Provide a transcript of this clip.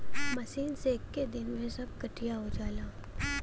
machine से एक्के दिन में सब कटिया हो जाला